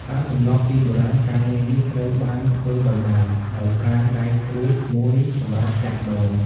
តាមទម្លាប់ពីបុរាណ ការងារនេះត្រូវបានធ្វើដោយដៃ ដោយប្រើដែកស្រួចមួយសម្រាប់ចាក់ដូង។